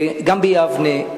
גם ביבנה,